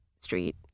Street